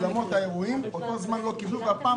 אולמות האירועים באותו זמן לא קיבלו, והפעם